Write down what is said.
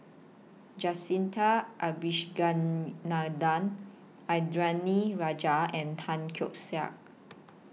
Jacintha Abisheganaden Indranee Rajah and Tan Keong Saik